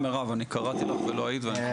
קראתי לך ולא היית.